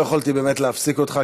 באמת לא יכולתי להפסיק אותך,